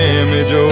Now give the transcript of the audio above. image